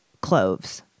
cloves